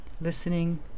listening